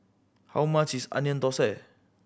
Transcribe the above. how much is Onion Thosai